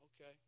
okay